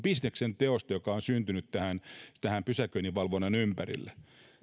bisneksen teosta joka on syntynyt pysäköinninvalvonnan ympärille